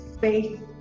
faith